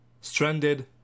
Stranded